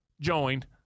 joined